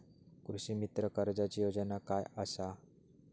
कृषीमित्र कर्जाची योजना काय असा?